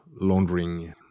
laundering